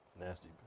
Nasty